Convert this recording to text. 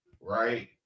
right